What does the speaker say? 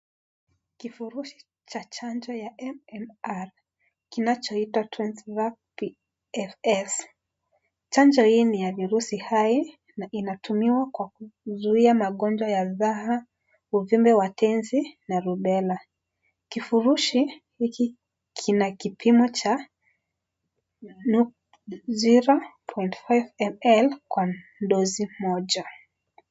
Kifurushi cha chanjo ya MMR kinachoitwa Tresivac PFS. Chanjo hii ni ya virusi hai na inatumiwa kwa kuzuia magonjwa ya dhaha, ujumbe wa tenzi na rubela. Kufurushi hiki kina kipimo cha 0.5ml kwa dosi moja.